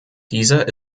dieser